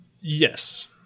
Yes